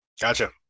Gotcha